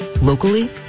locally